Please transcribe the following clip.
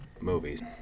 movies